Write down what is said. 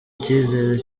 icyizere